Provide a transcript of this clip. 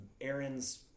Aaron's